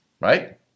right